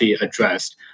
addressed